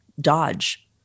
Dodge